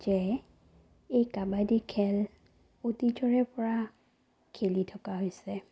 যে এই কাবাডী খেল অতীজৰে পৰা খেলি থকা হৈছে